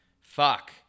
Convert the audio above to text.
fuck